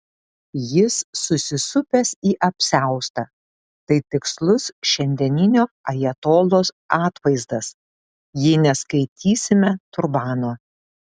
jis susisupęs į apsiaustą tai tikslus šiandieninio ajatolos atvaizdas jei neskaitysime turbano